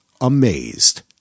amazed